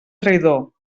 traïdor